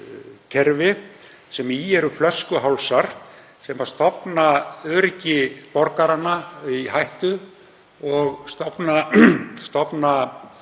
sem í eru flöskuhálsar sem stofna öryggi borgaranna í hættu og verða til